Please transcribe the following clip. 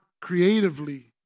creatively